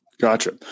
Gotcha